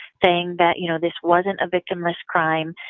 saying that you know this wasn't a victimless crime,